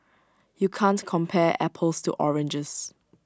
you can't compare apples to oranges